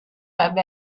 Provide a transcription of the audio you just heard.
ebbe